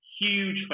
huge